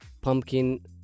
pumpkin